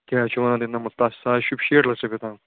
کیاہ چھِو وَنان نَمَتھ سُہ حظ شوٗبہِ شیٹھ لچھ رۄپیہِ تام